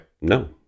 no